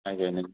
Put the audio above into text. माइ गायनो